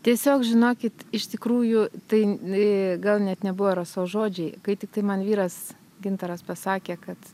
tiesiog žinokit iš tikrųjų tai gal net nebuvo rasos žodžiai kai tiktai man vyras gintaras pasakė kad